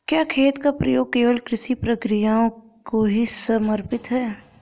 क्या खेत का प्रयोग केवल कृषि प्रक्रियाओं को ही समर्पित है?